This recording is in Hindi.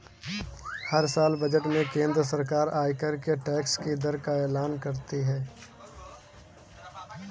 हर साल बजट में केंद्र सरकार आयकर के टैक्स की दर का एलान करती है